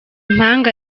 mpanga